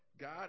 God